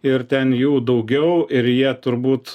ir ten jų daugiau ir jie turbūt